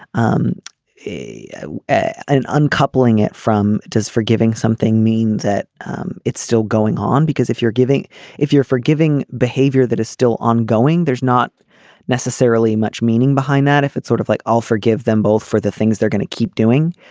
um a an uncoupling it from does forgiving something mean that um it's still going on because if you're giving if you're forgiving behavior that is still ongoing there's not necessarily much meaning behind that if it's sort of like i'll forgive them both for the things they're going to keep doing